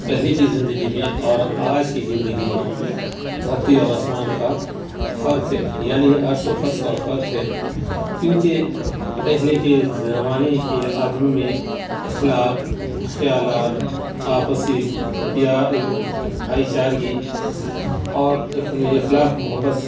پہلی کی زندگی میں اور آج کی زندگی میں دھرتی اور آسمان کا فرق ہے یعنی عرش و فرش کا فرق ہے کیونکہ پہلے کے زمانے کے آدمی میں اخلاق خیالات آپسی بھائی چارگی اور اخلاق محبت